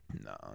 no